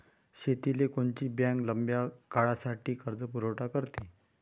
शेतीले कोनची बँक लंब्या काळासाठी कर्जपुरवठा करते?